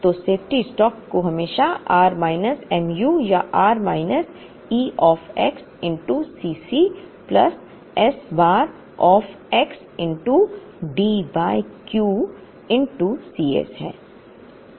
तो सेफ्टी स्टॉक को हमेशा r माइनस mu या r minus E of x Cc plus S bar of x D by Q Cs है